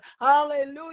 Hallelujah